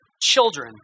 children